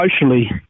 emotionally